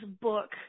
book